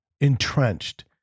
entrenched